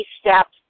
steps